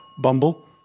Bumble